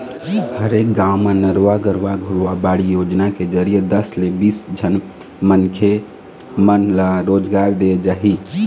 हरेक गाँव म नरूवा, गरूवा, घुरूवा, बाड़ी योजना के जरिए दस ले बीस झन मनखे मन ल रोजगार देय जाही